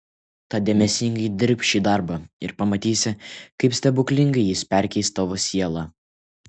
tad dėmesingai dirbk šį darbą ir pamatysi kaip stebuklingai jis perkeis tavo sielą